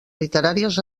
literàries